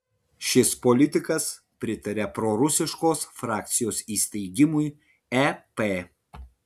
šis politikas pritaria prorusiškos frakcijos įsteigimui ep